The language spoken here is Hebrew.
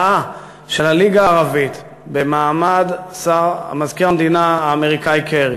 ההודעה של הליגה הערבית במעמד מזכיר המדינה האמריקני קרי,